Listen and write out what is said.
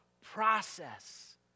process